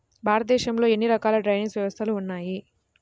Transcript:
భారతదేశంలో ఎన్ని రకాల డ్రైనేజ్ వ్యవస్థలు ఉన్నాయి?